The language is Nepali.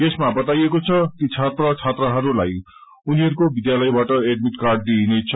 यसमा बाताइएको छ कि छात्र छात्राहरूलाई उनीहरूको विध्यालयबाट एडमिट काड दिइनेछ